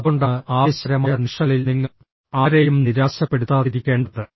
അതുകൊണ്ടാണ് ആവേശകരമായ നിമിഷങ്ങളിൽ നിങ്ങൾ ആരെയും നിരാശപ്പെടുത്താതിരിക്കേണ്ടത്